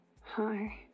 Hi